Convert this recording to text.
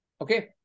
Okay